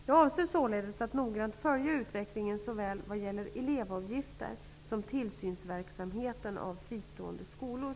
Jag avser således att noggrant följa utvecklingen vad gäller såväl elevavgifter som tillsynsverksamheten beträffande fristående skolor.